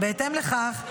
בהתאם לכך,